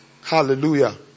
Hallelujah